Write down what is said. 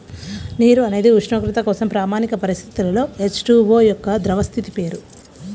నీరు అనేది ఉష్ణోగ్రత కోసం ప్రామాణిక పరిస్థితులలో హెచ్.టు.ఓ యొక్క ద్రవ స్థితి పేరు